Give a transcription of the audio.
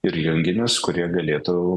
ir junginius kurie galėtų